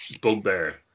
bugbear